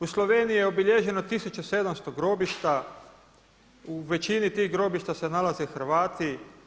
U Sloveniji je obilježeno 1700 grobišta, u većini tih grobišta se nalaze Hrvati.